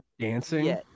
dancing